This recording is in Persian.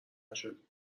نشدیم